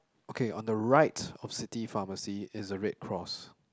okay on the right of city pharmacy is a red cross